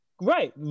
Right